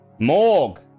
Morg